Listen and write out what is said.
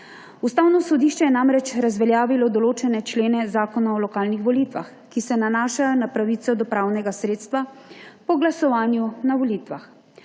Ustavno sodišče je namreč razveljavilo določene člene Zakona o lokalnih volitvah, ki se nanašajo na pravico do pravnega sredstva po glasovanju na volitvah.